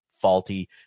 faulty